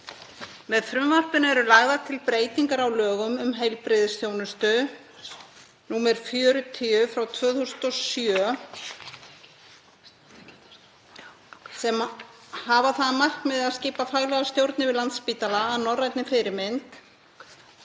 Með frumvarpinu eru lagðar til breytingar á lögum um heilbrigðisþjónustu, nr. 40/2007, sem hafa það að markmiði að skipa faglega stjórn yfir Landspítala að norrænni fyrirmynd.